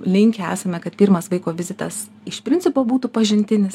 linkę esame kad pirmas vaiko vizitas iš principo būtų pažintinis